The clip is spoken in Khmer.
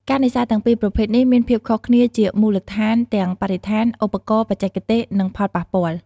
ការនេសាទទាំងពីរប្រភេទនេះមានភាពខុសគ្នាជាមូលដ្ឋានទាំងបរិស្ថាន ឧបករណ៍ បច្ចេកទេស និងផលប៉ះពាល់។